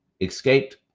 escaped